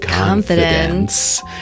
confidence